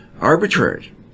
arbitrary